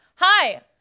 hi